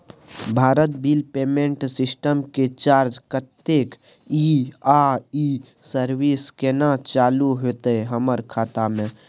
Bharat bill payment system के charge कत्ते इ आ इ सर्विस केना चालू होतै हमर खाता म?